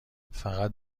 فقط